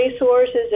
resources